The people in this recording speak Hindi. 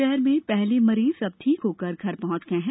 शहर में पहले मरीज अब ठीक होकर घर पहंच गए हैं